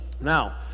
Now